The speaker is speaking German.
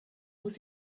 muss